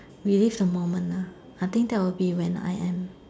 release a moment ah I think that will be when I am